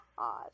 Odd